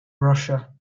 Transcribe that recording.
russia